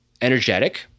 energetic